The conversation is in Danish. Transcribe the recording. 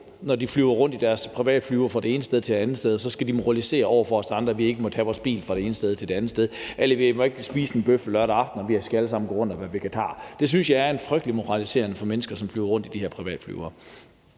når de flyver rundt i deres privatfly fra det ene sted til det andet, skal de moralisere over for os andre om, at vi ikke må tage vores bil fra det ene sted til det andet, eller at vi ikke må spise en bøf lørdag aften, og at vi alle sammen skal gå rundt og være vegetarer. Det synes jeg er en frygtelig moraliseren fra mennesker, som flyver rundt i de her privatfly,